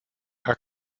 herr